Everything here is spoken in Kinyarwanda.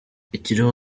ikiriho